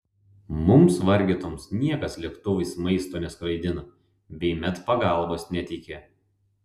mums vargetoms niekas lėktuvais maisto neskraidina bei medpagalbos neteikia